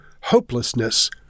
hopelessness